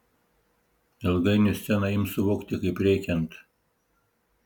ilgainiui sceną ims suvokti kaip reikiant